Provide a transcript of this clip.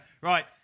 Right